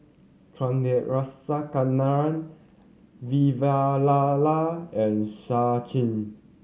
Chandrasekaran Vavilala and Sachin